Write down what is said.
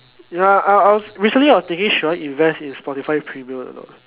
ya I I recently I was thinking should I invest in spotify premium or not